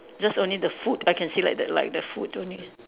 just only the foot I can see like the like the foot only